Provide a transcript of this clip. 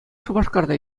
шупашкарта